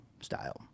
style